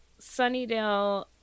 Sunnydale